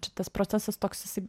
čia tas procesas toks jisai